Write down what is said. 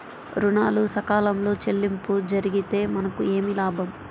ఋణాలు సకాలంలో చెల్లింపు జరిగితే మనకు ఏమి లాభం?